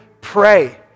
Pray